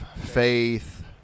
faith